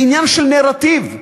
זה עניין של נרטיב,